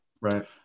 Right